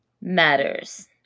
Matters